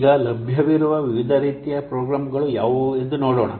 ಈಗ ಲಭ್ಯವಿರುವ ವಿವಿಧ ರೀತಿಯ ಪ್ರೋಗ್ರಾಂಗಳು ಯಾವುವು ಎಂದು ನೋಡೋಣ